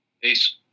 Peace